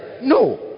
No